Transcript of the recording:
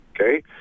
okay